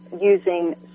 using